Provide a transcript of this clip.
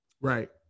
Right